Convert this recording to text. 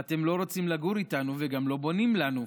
ואתם לא רוצים לגור איתנו וגם לא בונים לנו.